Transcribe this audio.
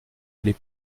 les